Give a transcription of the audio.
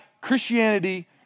Christianity